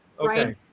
right